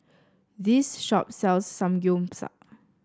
this shop sells Samgyeopsal